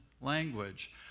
language